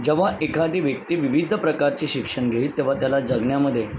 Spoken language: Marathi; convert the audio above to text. जेव्हा एखादी व्यक्ती विविध प्रकारचे शिक्षण घेईल तेव्हा त्याला जगण्यामध्ये